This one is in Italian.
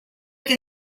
che